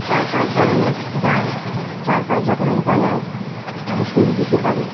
চার পাঁচ ধরনের গান চার পাঁচ রকমের গলায় আমি সুর দিতে পারি